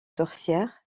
sorcières